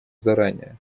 заранее